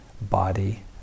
body